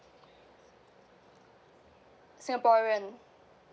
singaporean